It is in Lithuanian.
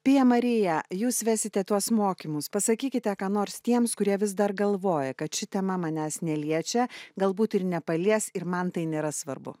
pija marija jūs vesite tuos mokymus pasakykite ką nors tiems kurie vis dar galvoja kad ši tema manęs neliečia galbūt ir nepalies ir man tai nėra svarbu